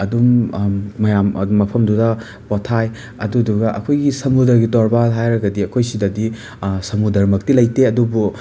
ꯑꯗꯨꯝ ꯃꯌꯥꯝ ꯑꯗꯨꯝ ꯃꯐꯝꯗꯨꯗ ꯄꯣꯊꯥꯏ ꯑꯗꯨꯗꯨꯒ ꯑꯩꯈꯣꯏꯒꯤ ꯁꯃꯨꯗ꯭ꯔꯒꯤ ꯇꯣꯔꯕꯥꯜ ꯍꯥꯏꯔꯒꯗꯤ ꯑꯩꯈꯣꯏ ꯁꯤꯗꯗꯤ ꯁꯃꯨꯗꯔꯃꯛꯇꯤ ꯂꯩꯇꯦ ꯑꯗꯨꯕꯨ